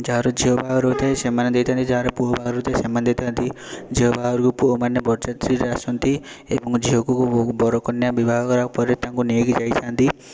ଯାହାର ଝିଅ ବାହାଘର ହୋଇଥାଏ ସେମାନେ ଦେଇଥାନ୍ତି ଯାହାର ପୁଅ ବାହାଘର ହୋଇଥାଏ ସେମାନେ ଦେଇଥାନ୍ତି ଝିଅ ବାହାଘରକୁ ପୁଅମାନେ ବରଯାତ୍ରୀରେ ଆସନ୍ତି ଏବଂ ଝିଅକୁ ବର କନ୍ୟା ବିବାହ କରିବା ପରେ ତାଙ୍କୁ ନେଇକି ଯାଇଥାଆନ୍ତି